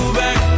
back